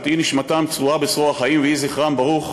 "תהי נשמתם צרורה בצרור החיים" ו"יהי זכרם ברוך",